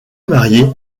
marié